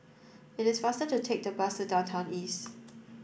it is faster to take the bus to Downtown East